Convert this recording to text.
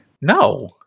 No